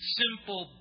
simple